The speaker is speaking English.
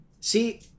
see